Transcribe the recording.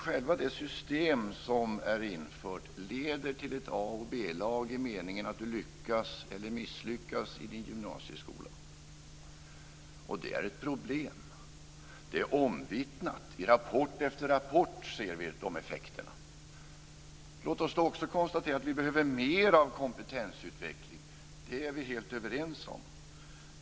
Själva det system som är infört leder till ett A och B-lag i meningen att du lyckas eller misslyckas i din gymnasieutbildning. Det är ett problem. Det är omvittnat. I rapport efter rapport ser vi de effekterna. Låt oss då också konstatera att vi behöver mer av kompetensutveckling. Det är vi helt överens om.